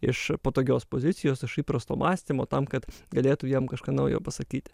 iš patogios pozicijos iš įprasto mąstymo tam kad galėtų jam kažką naujo pasakyti